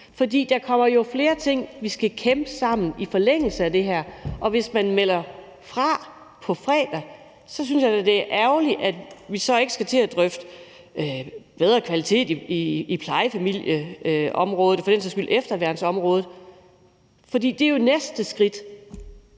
Der kommer jo flere ting, som vi skal kæmpe sammen om i forlængelse af det her, og hvis man melder fra på fredag, synes jeg da, det er ærgerligt, for så kommer vi ikke til at drøfte bedre kvalitet på plejefamilieområdet og for den sags skyld